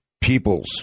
peoples